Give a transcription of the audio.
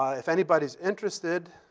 ah if anybody's interested.